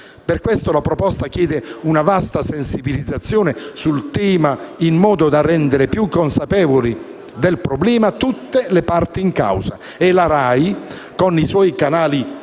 Per questo la proposta chiede una vasta sensibilizzazione sul tema in modo da rendere più consapevoli del problema tutte le parti in causa. La RAI, con i suoi canali televisivi